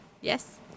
Yes